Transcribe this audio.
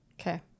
Okay